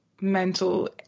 mental